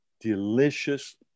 delicious